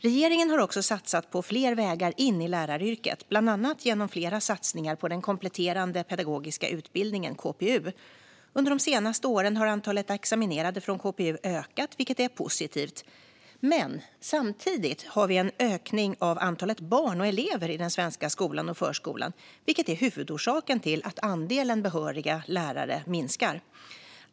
Regeringen har också satsat på fler vägar in i läraryrket, bland annat genom flera satsningar på den kompletterande pedagogiska utbildningen, KPU. Under de senaste åren har antalet examinerade från KPU ökat, vilket är positivt. Men samtidigt har vi haft en ökning av antalet barn och elever i den svenska skolan och förskolan, vilket är huvudorsaken till att andelen behöriga lärare minskar.